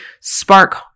spark